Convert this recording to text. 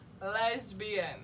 lesbian